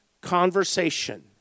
conversation